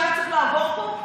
שהיה צריך לעבור פה,